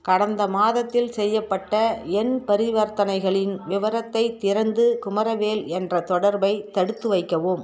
கடந்த மாதத்தில் செய்யப்பட்ட என் பரிவர்த்தனைகளின் விவரத்தைத் திறந்து குமரவேல் என்ற தொடர்பை தடுத்து வைக்கவும்